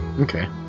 Okay